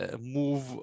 move